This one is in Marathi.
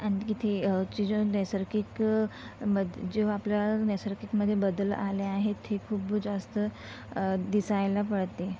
आणि इथे नैसर्गिक मद जेव्हा आपल्या नैसर्गिकमध्ये बदल आले आहेत हे खूप जास्त दिसायला पडते